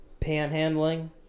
panhandling